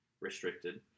restricted